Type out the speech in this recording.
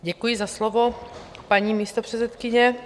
Děkuji za slovo, paní místopředsedkyně.